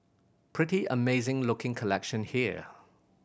pretty amazing looking collection here